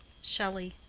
shelley.